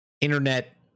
internet